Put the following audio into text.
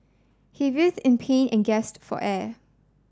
he writhed in pain and gasped for air